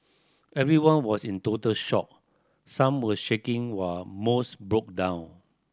everyone was in total shock some were shaking while most broke down